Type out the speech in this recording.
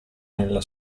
nella